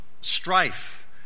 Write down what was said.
strife